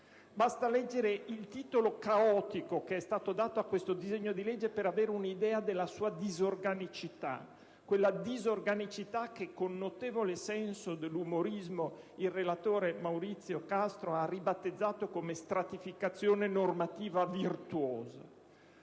Basta leggere il titolo caotico che è stato dato a questo disegno di legge per avere un'idea della sua disorganicità; quella disorganicità che, con notevole senso dell'umorismo, il relatore Maurizio Castro ha ribattezzato come «stratificazione normativa virtuosa»!